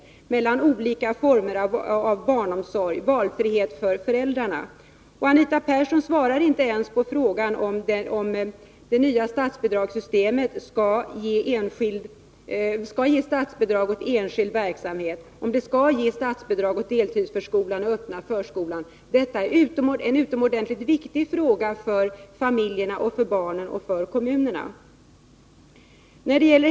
Föräldrarna skall kunna välja mellan olika former av barnomsorg. Anita Persson svarar inte ens på min fråga om det nya statsbidragssystemet skall medge statsbidrag till enskild verksamhet, till deltidsförskolan och till den öppna förskolan. Detta är dock en utomordentligt viktig fråga för barnen, familjerna och kommunerna.